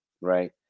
right